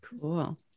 Cool